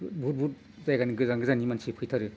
बुहुद बुहुद जायगानि गोजान गोजाननि मानसि फैथारो